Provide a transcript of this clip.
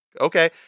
Okay